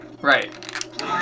Right